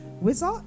wizard